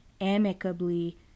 amicably